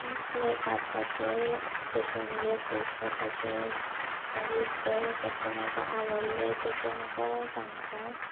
इतलें काडपाचें सोशल मिडियार पोस्ट करपाचें मागीर जें कस्टमराक आवडलें तर तें म्हाका सांगता